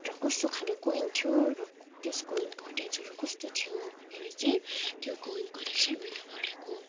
र कस्तो खाले कोइन थियो र त्यसको इन्पोर्टेन्सहरू कस्तो थियो भनेर चाहिँ त्यो कोइन कलेक्सन मैले गरेको